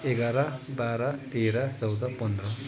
एघार बाह्र तेह्र चौध पन्ध्र